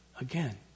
again